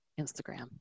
Instagram